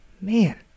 man